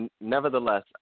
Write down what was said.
nevertheless